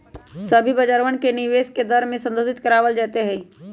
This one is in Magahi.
सभी बाजारवन में निवेश के दर के संशोधित करावल जयते हई